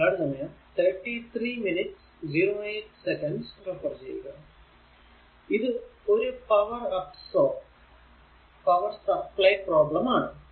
ഇനി പ്രോബ്ലം 3 ഇത് ഒരു power absorb power supply problem ആണ്